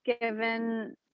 given